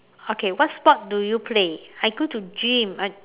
okay what sports do you play I go to gym I